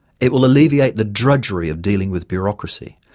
it will alleviate the drudgery of dealing with bureaucracy,